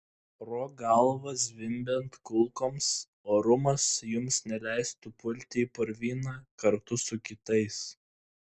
pro galvą zvimbiant kulkoms orumas jums neleistų pulti į purvyną kartu su kitais